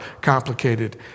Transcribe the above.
complicated